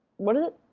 what is it?